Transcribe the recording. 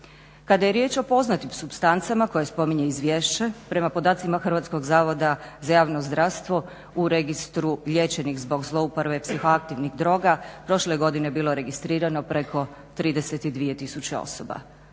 Kada je riječ o poznatim supstancama koje spominje izvješće, prema podacima Hrvatskog zavoda za javno zdravstvo u Registru liječenih zbog zlouporabe psihoaktivnih droga prošle godine je bilo registrirano preko 32000 osoba.